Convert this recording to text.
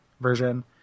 version